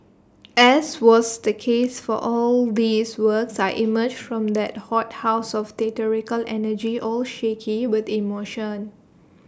as was the case for all these works I emerged from that hothouse of theatrical energy all shaky with emotion